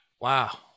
Wow